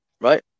Right